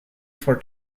for